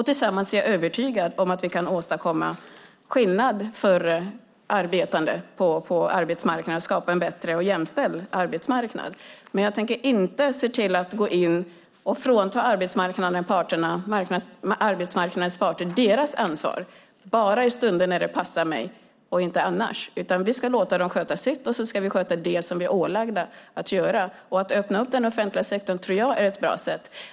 Jag är övertygad om att vi tillsammans kan åstadkomma skillnad för arbetande på arbetsmarknaden och skapa en bättre och mer jämställd arbetsmarknad. Men jag tänker inte se till att frånta arbetsmarknadens parter deras ansvar bara i stunder det passar mig och inte annars. Vi ska låta dem sköta sitt, och så ska vi sköta det som vi är ålagda att sköta. Att öppna upp den offentliga sektorn tror jag är ett bra sätt.